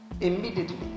immediately